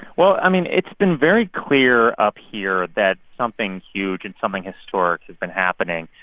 well, i mean, it's been very clear up here that something huge and something historic has been happening.